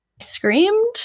screamed